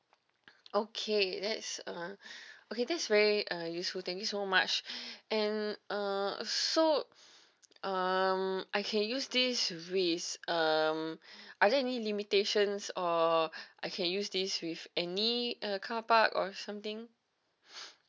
okay that's uh okay that's very uh useful thank you so much and uh so um I can use this with s~ um are there any limitations or I can use this with any uh carpark or something